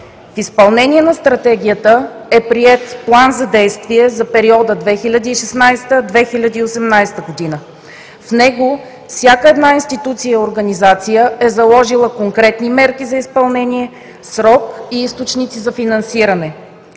В изпълнение на Стратегията е приет План за действие за периода 2016 – 2018 г. В него всяка една институция и организация е заложила конкретни мерки за изпълнение, срок и източници за финансиране.